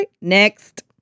Next